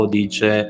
dice